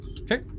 Okay